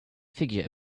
figure